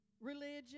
religion